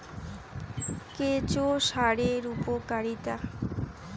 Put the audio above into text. কেঁচো সারের উপকারিতা?